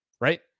right